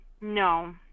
No